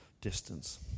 distance